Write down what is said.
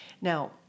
Now